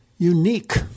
Unique